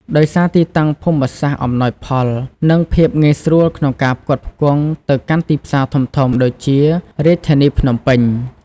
ដោយសារទីតាំងភូមិសាស្ត្រអំណោយផល និងភាពងាយស្រួលក្នុងការផ្គត់ផ្គង់ទៅកាន់ទីផ្សារធំៗដូចជារាជធានីភ្នំពេញ។